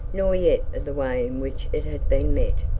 nor yet of the way in which it had been met.